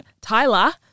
tyler